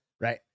Right